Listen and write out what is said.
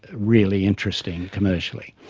really interesting commercially.